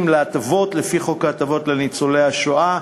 להטבות לפי חוק ההטבות לניצולי שואה.